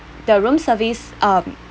the room service um